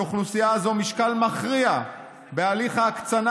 לאוכלוסייה זאת משקל מכריע בתהליך ההקצנה